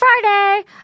Friday